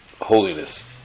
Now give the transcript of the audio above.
holiness